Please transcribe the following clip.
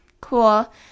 cool